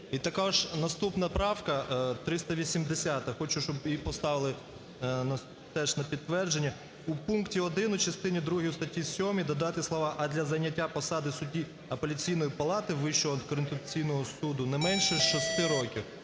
І також наступна правка, 380-а, хочу, щоб її поставили теж на підтвердження: у пункті 1 в частинні другій в статті 7 додати слова "а для зайняття посади судді Апеляційної палати Вищого антикорупційного суду - не менше шести років".